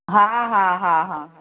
हा हा हा हा